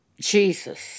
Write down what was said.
Jesus